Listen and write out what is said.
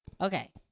Okay